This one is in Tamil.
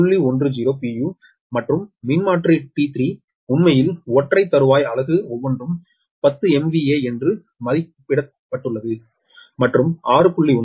10 pu மற்றும் மின்மாற்றி T3 உண்மையில் ஒற்றை தறுவாய் அலகு ஒவ்வொன்றும் பத்து MVA என்று மதிப்பிடப்பட்டுள்ளது